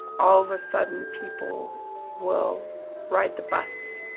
all of a sudden, people will ride the bus.